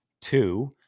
Two